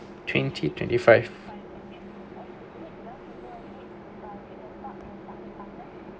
twenty twenty five